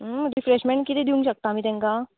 refreshment किदें दिवंक शकता आमी तेंकां